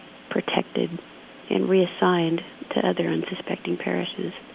protected and reassigned to other unsuspecting parishes.